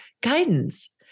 guidance